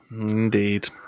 Indeed